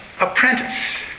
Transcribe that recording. apprentice